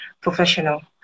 professional